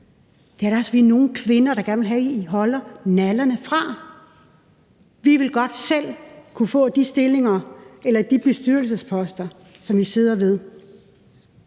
Det er vi da også nogle kvinder der gerne vil have at I holder nallerne fra. Vi vil godt selv kunne få de stillinger eller de bestyrelsesposter, som vi sidder i.